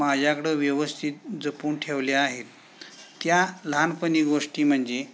माझ्याकडं व्यवस्थित जपून ठेवल्या आहेत त्या लहानपणी गोष्टी म्हणजे